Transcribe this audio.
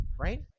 right